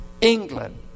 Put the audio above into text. England